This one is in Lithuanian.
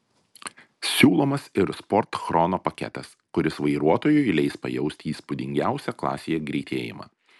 siūlomas ir sport chrono paketas kuris vairuotojui leis pajausti įspūdingiausią klasėje greitėjimą